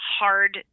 hard